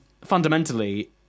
fundamentally